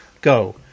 Go